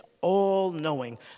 all-knowing